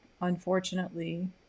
unfortunately